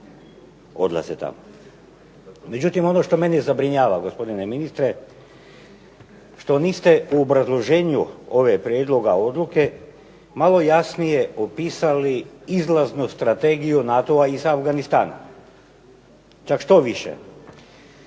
odlaze tamo. Međutim, ono što mene zabrinjava gospodine ministre što niste u obrazloženju ovog prijedloga odluke malo jasnije opisali izlaznu strategiju NATO-a iz Afganistana. Čak štoviše,